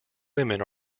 women